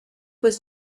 was